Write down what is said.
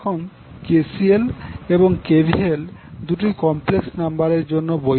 এখন KCL এবং KVL দুটোই কমপ্লেক্স নাম্বারের জন্য বৈধ